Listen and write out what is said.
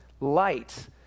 light